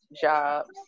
jobs